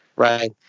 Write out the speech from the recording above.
right